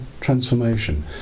transformation